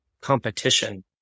competition